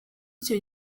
icyo